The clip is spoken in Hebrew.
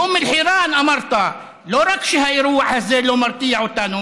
באום אל-חיראן אמרת: לא רק שהאירוע הזה לא מרתיע אותנו,